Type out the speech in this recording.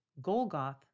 Golgoth